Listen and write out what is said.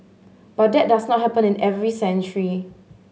but that does not happen in every century